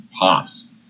pops